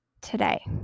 today